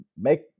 make